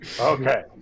Okay